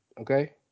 okay